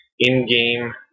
in-game